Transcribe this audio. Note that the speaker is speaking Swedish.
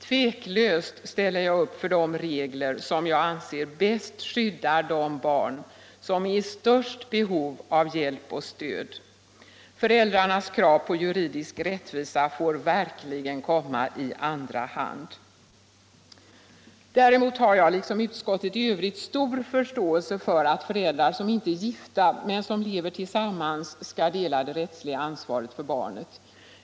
Tveklöst ställer jag upp för de regler som jag anser bäst skydda de barn som har största behovet av hjälp och stöd. Föräldrarnas krav på juridisk rättvisa får verkligen komma i andra hand. Däremot har jag, liksom utskottet i övrigt, stor förståelse för att föräldrar som inte är gifta men som lever tillsammans skall dela det rättsliga ansvaret för barnet.